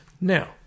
Now